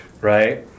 right